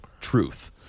truth